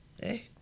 hey